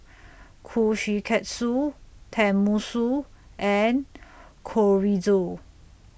Kushikatsu Tenmusu and Chorizo